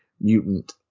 mutant